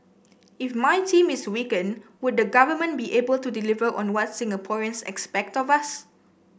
if my team is weakened would the government be able to deliver on what Singaporeans expect of us